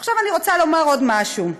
עכשיו אני רוצה לומר עוד משהו: